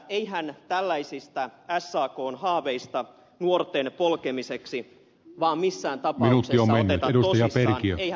eihän tällaisia sakn haaveita nuorten polkemiseksi vaan missään tapauksessa oteta tosissaan eihän ministeri cronberg